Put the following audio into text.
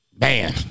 man